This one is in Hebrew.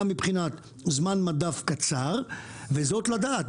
גם מבחינת זמן מדף קצר וזאת לדעת,